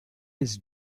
its